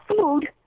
food